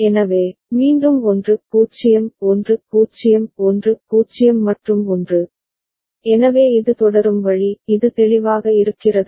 எனவே மீண்டும் 1 0 1 0 1 0 மற்றும் 1 எனவே இது தொடரும் வழி இது தெளிவாக இருக்கிறதா